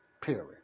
period